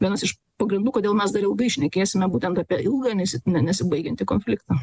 vienas iš pagrindų kodėl mes dar ilgai šnekėsime būtent apie ilgą nesėk ne nesibaigiantį konfliktą